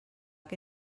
que